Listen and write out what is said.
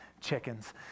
Chickens